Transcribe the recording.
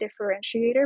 differentiator